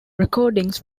recordings